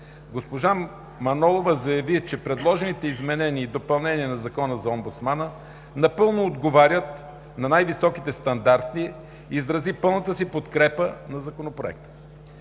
Госпожа Манолова заяви, че предложените изменения и допълнения на Закона за омбудсмана напълно отговарят на най-високите стандарти и изрази пълната си подкрепа за Законопроекта.